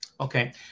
Okay